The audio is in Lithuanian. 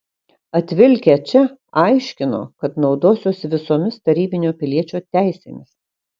atvilkę čia aiškino kad naudosiuosi visomis tarybinio piliečio teisėmis